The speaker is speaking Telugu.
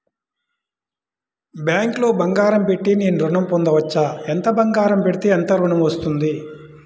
బ్యాంక్లో బంగారం పెట్టి నేను ఋణం పొందవచ్చా? ఎంత బంగారం పెడితే ఎంత ఋణం వస్తుంది?